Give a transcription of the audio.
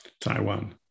Taiwan